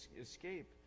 escape